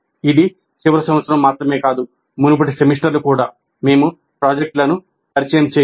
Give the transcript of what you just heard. ఇది చివరి సంవత్సరం మాత్రమే కాదు మునుపటి సెమిస్టర్లు కూడా మేము ప్రాజెక్టులను పరిచయం చేయాలి